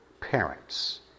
parents